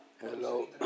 Hello